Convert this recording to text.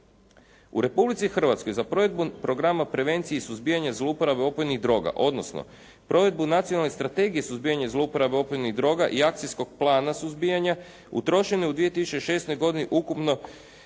U Republici Hrvatskoj za provedbu Programa prevencije i suzbijanja zlouporabe opojnih droga, odnosno provedbu Nacionalne strategije suzbijanja zlouporabe opojnih droga i akcijskog plana suzbijanja utrošeno je u 2006. godini ukupno,